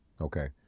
okay